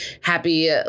Happy